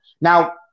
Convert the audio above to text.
Now